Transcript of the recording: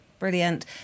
Brilliant